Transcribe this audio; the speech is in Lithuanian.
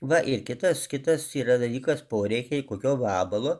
va ir kitas kitas yra dalykas poreikiai kokio vabalo